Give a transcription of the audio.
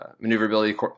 maneuverability